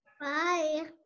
Bye